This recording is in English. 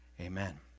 Amen